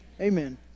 Amen